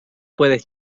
puedes